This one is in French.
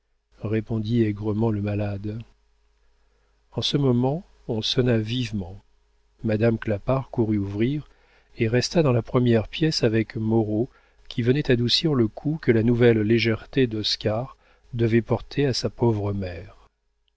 répondit aigrement le malade en ce moment on sonna vivement madame clapart courut ouvrir et resta dans la première pièce avec moreau qui venait adoucir le coup que la nouvelle légèreté d'oscar devait porter à sa pauvre mère